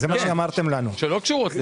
כן, שלא קשורות לזה.